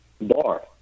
bar